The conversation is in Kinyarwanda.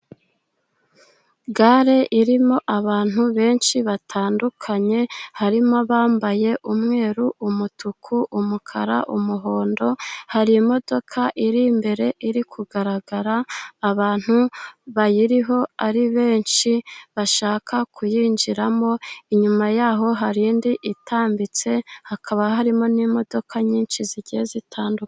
Gare irimo abantu benshi batandukanye , harimo abambaye umweru , umutuku , umukara umuhondo . Hari imodoka iri imbere iri kugaragara abantu bayiriho ari benshi , bashaka kuyinjiramo . Inyuma yaho hari indi itambitse , hakaba harimo n'imodoka nyinshi zigiye zitandukanye.